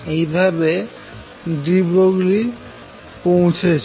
এইভাবে de Broglie পৌঁছেছেন